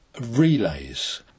relays